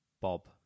Bob